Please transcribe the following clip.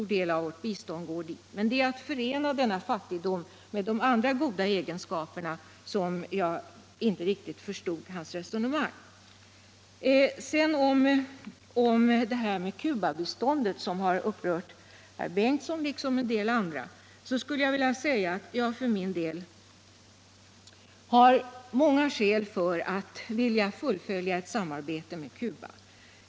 När det gäller möjligheterna att hitta länder som förenar denna fattigdom med andra utomordentliga egenskaper kan jag dock inte riktigt förstå hans resonemang. Sådana villkor är omöjliga. Beträffande Cubabiståndet, som upprört herr Bengtson liksom också en del andra talare, vill jag säga att jag för min del har många skäl för att vilja fullfölja ett samarbete med Cuba.